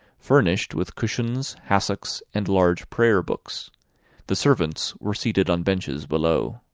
furnished with cushions, hassocks, and large prayer-books the servants were seated on benches below.